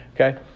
Okay